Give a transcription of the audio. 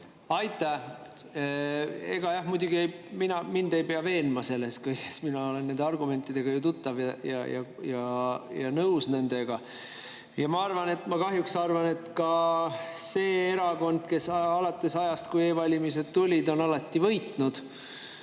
Aitäh! Ega jah, mind ei pea muidugi veenma selles kõiges, mina olen nende argumentidega ju tuttav ja nendega nõus. Ma arvan, ma kahjuks arvan, et ka seda erakonda, kes alates ajast, kui e‑valimised tulid, on alati võitnud,